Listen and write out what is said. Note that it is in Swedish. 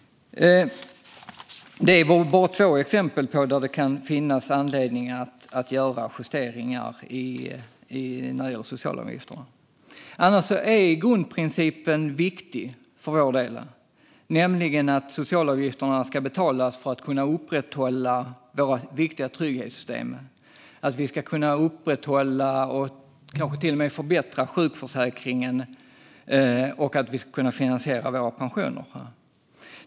Detta är två exempel på när det kan finnas anledning att göra justeringar när det gäller socialavgifterna. Annars är grundprincipen viktig för vår del, nämligen att socialavgifterna ska betalas för att vi ska kunna upprätthålla våra viktiga trygghetssystem. Vi ska kunna upprätthålla och kanske till och med förbättra sjukförsäkringen, och vi ska kunna finansiera våra pensioner.